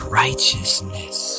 righteousness